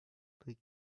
bleak